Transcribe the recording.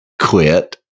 quit